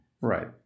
right